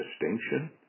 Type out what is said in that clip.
distinction